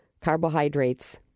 carbohydrates